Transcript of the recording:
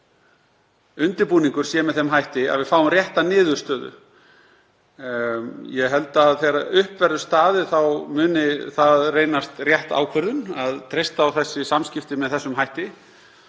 á að undirbúningur sé með þeim hætti að við fáum rétta niðurstöðu. Ég held að þegar upp verður staðið þá muni það reynast rétt ákvörðun að treysta á þessi samskipti með þeim hætti.